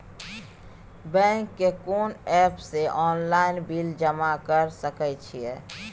Bank के कोन app से ऑनलाइन बिल जमा कर सके छिए?